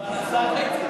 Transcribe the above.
כבר עשה חצי.